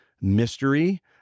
mystery